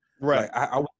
Right